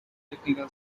technical